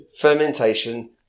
fermentation